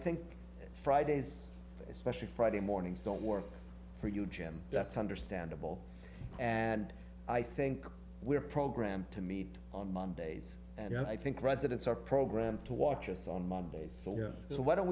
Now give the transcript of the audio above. think fridays especially friday mornings don't work for you jim that's understandable and i think we're programmed to meet on mondays and i think residents are programmed to watch us on mondays so why don't